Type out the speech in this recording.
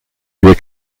wir